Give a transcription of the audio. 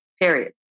period